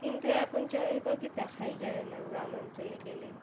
কিন্তু এখন চড়াই পাখি দেখাই যায় না গ্রাম অঞ্চলে গেলে